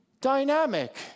dynamic